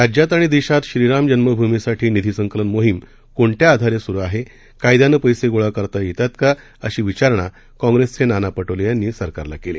राज्यात आणि देशात श्रीराम जन्मभूमीसाठी निधी संकलन मोहीम कोणत्या आधारे सुरू आहे कायद्यानं पस्तीगोळा करता येतात का अशी विचारणा काँगेसचे नाना पटोले यांनी सरकारला विचारणा केली